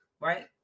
right